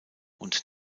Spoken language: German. und